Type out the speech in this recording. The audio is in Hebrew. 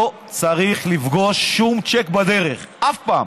לא צריך לפגוש שום צ'ק בדרך אף פעם,